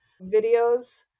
videos